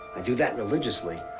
i do that religiously.